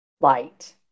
light